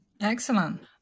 Excellent